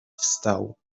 wstał